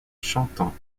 chantant